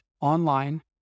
online